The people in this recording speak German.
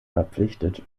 verpflichtet